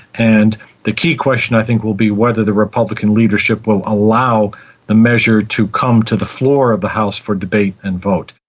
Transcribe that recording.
and the key question i think will be whether the republican leadership will allow the measure to come to the floor of the house for debate and vote.